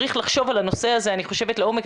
צריך לחשוב על הנושא הזה לעומק.